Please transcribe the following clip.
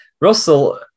Russell